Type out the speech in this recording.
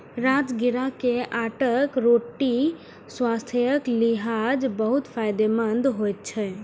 राजगिरा के आटाक रोटी स्वास्थ्यक लिहाज बहुत फायदेमंद होइ छै